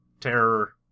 Terror